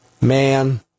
Man